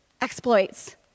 exploits